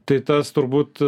tai tas turbūt